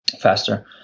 faster